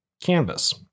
Canvas